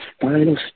final